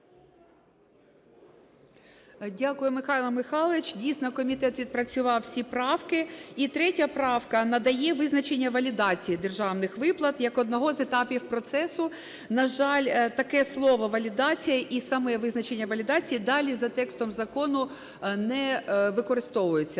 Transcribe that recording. Дякую, Михайло Михайлович. Дійсно, комітет відпрацював усі правки. І 3 правка надає визначення валідації державних виплат як одного з етапів процесу. На жаль, таке слово "валідація" і саме визначення валідації далі за текстом закону не використовується.